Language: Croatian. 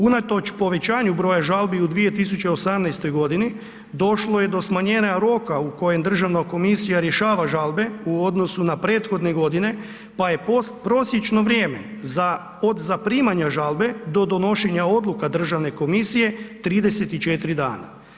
Unatoč povećanju broja žalbi u 2018. g. došlo je do smanjenja roka u kojem Državna roka rješava žalbe u odnosu na prethodne godine pa je prosječno vrijeme od zaprimanja žalbe do donošenja odluka Državne komisije, 34 dana.